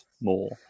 more